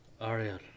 Ariel